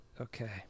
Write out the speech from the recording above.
Okay